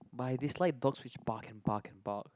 but I dislike dogs which bark and bark and bark